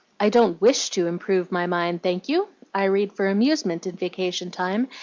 i don't wish to improve my mind, thank you i read for amusement in vacation time,